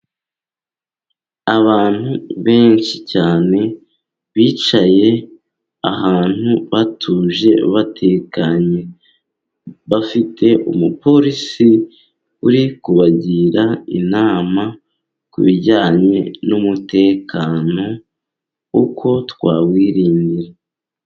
Abantu benshi cyane bicaye ahantu batuje batekanye, bafite umupolisi uri kubagira inama ku bijyanye n'umutekano uko twawirindira.